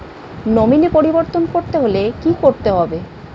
Nominee পরিবর্তন করতে হলে কী করতে হবে?